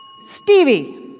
Stevie